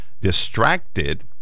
distracted